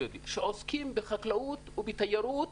שעוסקות בחקלאות ובתיירות